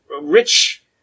rich